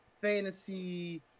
fantasy